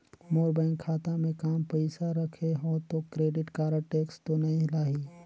मोर bank खाता मे काम पइसा रखे हो तो क्रेडिट कारड टेक्स तो नइ लाही???